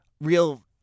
real